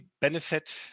benefit